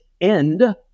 end